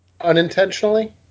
unintentionally